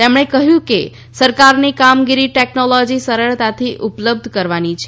તેમણે કહ્યું કે સરકારની કામગીરી ટેકનોલોજી સરળતાથી ઉપલબ્ઘ કરાવવાની છે